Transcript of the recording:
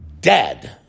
dead